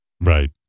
Right